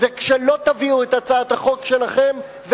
וכשלא תביאו את הצעת החוק שלכם,